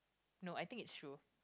no I think is true